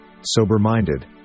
sober-minded